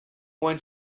one